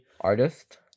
Artist